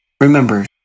Remember